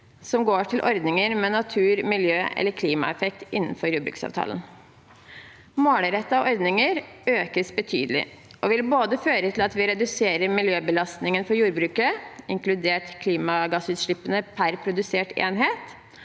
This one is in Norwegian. som går til ordninger med natur-, miljø- eller klimaeffekt innenfor jordbruksavtalen. Målrettede ordninger økes betydelig og vil både føre til at vi reduserer miljøbelastningen for jordbruket, inkludert klimagassutslippene per produsert enhet,